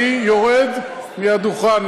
אני יורד מהדוכן,